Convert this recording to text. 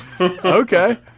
Okay